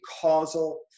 causal